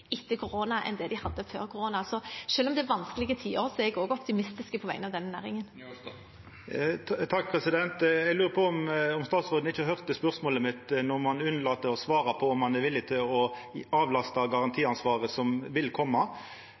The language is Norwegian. etter korona enn de hadde før. Så selv om det er vanskelige tider, er jeg optimistisk på vegne av denne næringen. Eg lurer på om statsråden ikkje høyrde spørsmålet mitt – når ein unnlèt å svara på om ein er villig til å avlasta garantiansvaret som vil